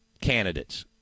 candidates